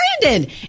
Brandon